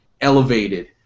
elevated